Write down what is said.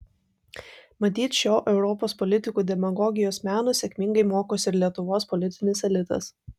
matyt šio europos politikų demagogijos meno sėkmingai mokosi ir lietuvos politinis elitas